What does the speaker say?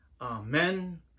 Amen